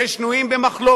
ששנויים במחלוקת,